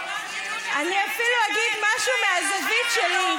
אני אפילו אגיד משהו מהזווית שלי.